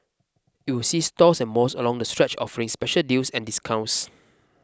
it will see stores and malls along the stretch offering special deals and discounts